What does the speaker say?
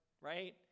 right